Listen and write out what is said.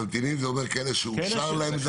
ממתינים זה אומר כאלה שאושר להם?